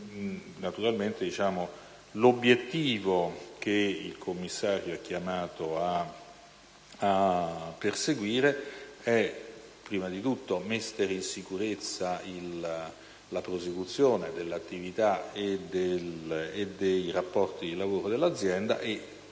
Naturalmente l'obiettivo che il commissario è chiamato a perseguire è prima di tutto quello di mettere in sicurezza la prosecuzione dell'attività e dei rapporti di lavoro dell'azienda e